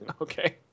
okay